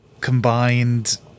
combined